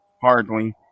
hardly